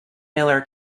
miller